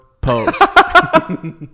post